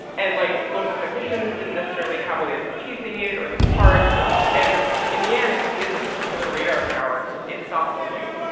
and, like, local technicians didn't necessarily have all the expertise they needed or the parts right and in the end, this particular radar tower, so it stopped working.